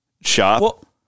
Shop